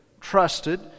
trusted